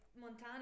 Montana